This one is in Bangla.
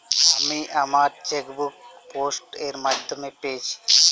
আমি আমার চেকবুক পোস্ট এর মাধ্যমে পেয়েছি